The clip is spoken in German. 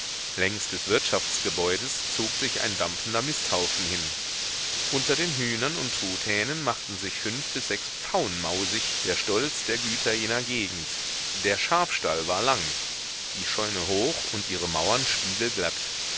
längs der wirtschaftsgebäude zog sich ein dampfender misthaufen hin unter den hühnern und truthähnen machten sich fünf bis sechs pfauen mausig der stolz der güter jener gegend der schafstall war lang die scheune hoch und ihre mauern spiegelglatt